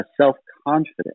self-confident